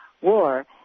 war